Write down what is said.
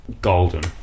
Golden